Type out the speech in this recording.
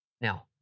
Now